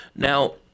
Now